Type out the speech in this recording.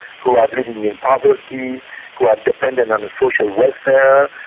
who are living in poverty who are dependent on social welfare,